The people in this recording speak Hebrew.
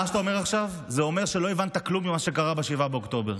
מה שאתה אומר עכשיו זה אומר שלא הבנת כלום ממה שקרה ב-7 באוקטובר.